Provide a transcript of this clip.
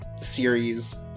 series